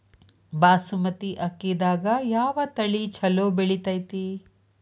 ಬಾಸುಮತಿ ಅಕ್ಕಿದಾಗ ಯಾವ ತಳಿ ಛಲೋ ಬೆಳಿತೈತಿ?